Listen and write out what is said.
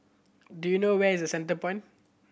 do you know where is The Centrepoint